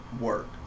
work